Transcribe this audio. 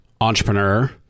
entrepreneur